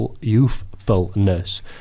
youthfulness